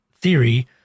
theory